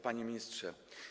Panie Ministrze!